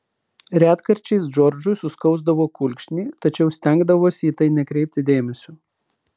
retkarčiais džordžui suskausdavo kulkšnį tačiau stengdavosi į tai nekreipti dėmesio